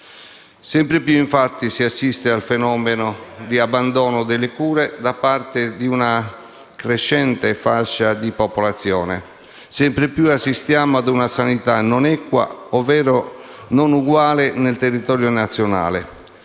Sempre di più, infatti, si assiste al fenomeno dell'abbandono delle cure da parte di una crescente fascia di popolazione. Sempre più assistiamo a una sanità non equa, ovvero non uguale nel territorio nazionale,